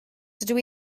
dydw